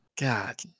God